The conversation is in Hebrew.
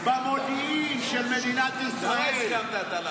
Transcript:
במודיעין של מדינת ישראל.